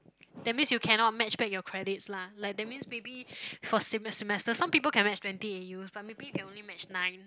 that means you cannot match back your credits lah like that means maybe for sem semester some people can match twenty A_Us but maybe you can only match nine